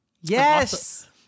yes